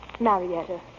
Marietta